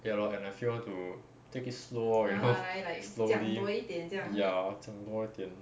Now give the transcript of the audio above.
ya lor and I feel to take it slow you know slowly ya 讲多一点